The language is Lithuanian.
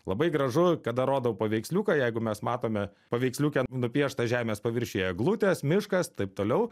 labai gražu kada rodau paveiksliuką jeigu mes matome paveiksliuke nupieštą žemės paviršiuje eglutės miškas taip toliau